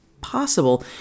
possible